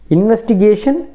Investigation